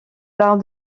tard